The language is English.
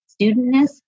studentness